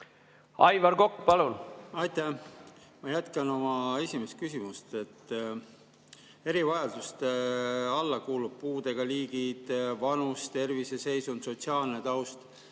Aivar Kokk, palun! Aitäh! Ma jätkan oma esimest küsimust. Erivajaduste alla kuuluvad puude liigid, vanus, terviseseisund, sotsiaalne taust.